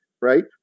right